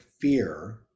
fear